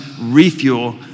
refuel